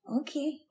Okay